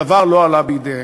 הדבר לא עלה בידם.